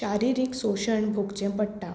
शारिरीक सोशण भोगचें पडटा